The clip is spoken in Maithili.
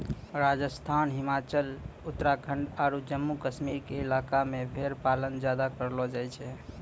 राजस्थान, हिमाचल, उत्तराखंड आरो जम्मू कश्मीर के इलाका मॅ भेड़ पालन ज्यादा करलो जाय छै